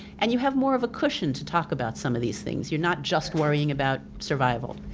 and you have more of a cushion to talk about some of these things. you're not just worrying about survival.